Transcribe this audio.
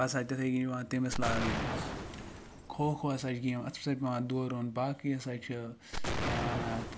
پَتہٕ ہَسا چھِ تِتھے کنۍ پیٚوان تٔمِس لاگٕنۍ کھو کھو ہَسا چھِ گیم اتھ ہَسا چھُ پیٚوان دورُن باقٕے ہَسا چھِ کیاہ وَنان اتھ